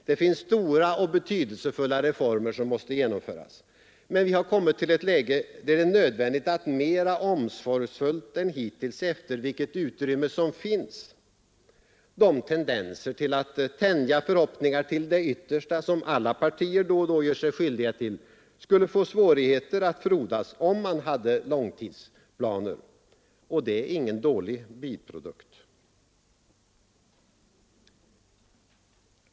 Det finns stora och betydelsefulla reformer som måste genomföras. Men vi har kommit till ett läge, där det är nödvändigt att mera omsorgsfullt än hittills se efter vilket utrymme som finns. De tendenser till att tänja förhoppningar till det yttersta, som alla partier då och då gör sig skyldiga till, skulle få svårigheter att frodas om man hade långtidsplaner — och det är ingen dålig biprodukt.